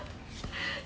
wayang king go and ask